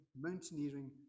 mountaineering